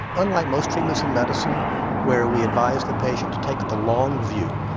unlike most treatments in medicine where we advise the patient to take the long view,